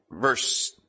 verse